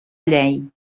llei